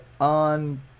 on